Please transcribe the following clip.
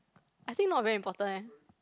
I think not very important eh